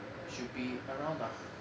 should be around the